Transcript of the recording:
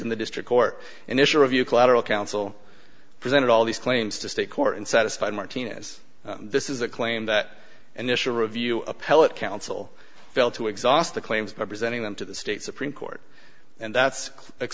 in the district court initial review collateral counsel presented all these claims to state court and satisfy martinez this is a claim that an initial review appellate counsel failed to exhaust the claims by presenting them to the state supreme court and that's